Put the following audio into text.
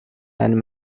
and